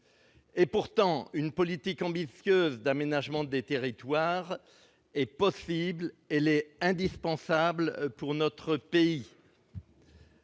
Pourtant, une politique ambitieuse d'aménagement des territoires est possible. Elle est indispensable pour notre pays